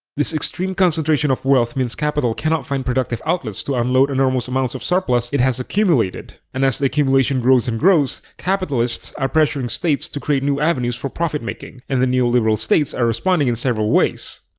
this extreme concentration of wealth means capital cannot find productive outlets to unload enormous amounts of surplus it has accumulated. and as that accumulation grows and grows, capitalists are pressuring states to create new avenues for profit-making, and the neoliberal states are responding in several ways.